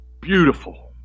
beautiful